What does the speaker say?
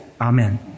Amen